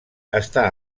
està